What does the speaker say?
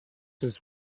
was